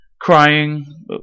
crying